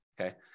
okay